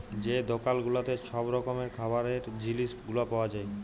যে দকাল গুলাতে ছব রকমের খাবারের জিলিস গুলা পাউয়া যায়